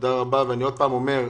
אני עוד פעם אומר.